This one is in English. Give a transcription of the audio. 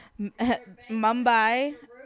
Mumbai